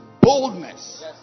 boldness